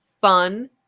Fun